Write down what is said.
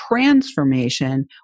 transformation